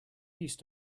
used